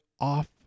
off